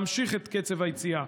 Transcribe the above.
אנחנו אמורים להמשיך את קצב היציאה,